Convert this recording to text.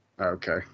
Okay